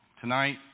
tonight